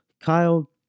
Kyle